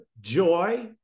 joy